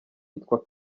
yitwa